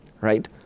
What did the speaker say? right